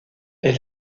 est